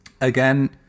again